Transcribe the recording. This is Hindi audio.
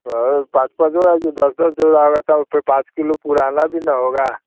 और पाँच पाँच जोड़ा की दस दस जोड़ा होगा तब फिर पाँच किलो पुराना भी न होगा